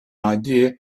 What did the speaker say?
idea